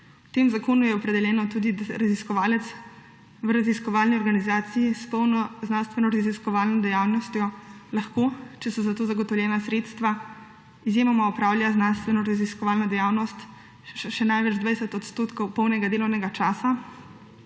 V tem zakonu je opredeljeno tudi, da raziskovalec v raziskovalni organizaciji s polno znanstvenoraziskovalno dejavnostjo lahko, če so za to zagotovljena sredstva, izjemoma opravlja znanstvenoraziskovalno dejavnost še največ 20 odstotkov polnega delovnega časa